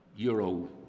Euro